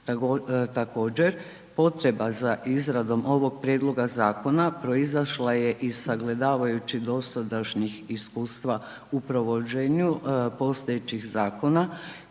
Također, potreba za izradom ovog prijedloga zakona proizašla je iz sagledavajući dosadašnjih iskustva upravo…/Govornik se ne